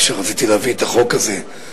כשרציתי להביא את החוק הזה,